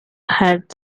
had